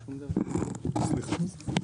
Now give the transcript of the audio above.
סליחה.